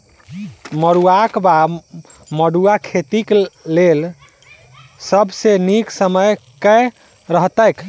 मरुआक वा मड़ुआ खेतीक लेल सब सऽ नीक समय केँ रहतैक?